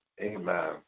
Amen